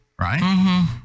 Right